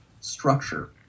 structure